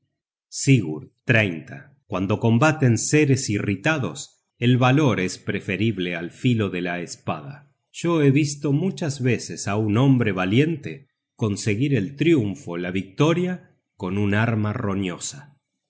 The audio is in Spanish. sigurd cuando combaten seres irritados el valor es preferible al filo de la espada yo he visto muchas veces á un hombre valiente conseguir el triunfo la victoria con una arma roñosa